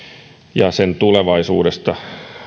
ja sen tulevaisuudesta